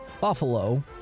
Buffalo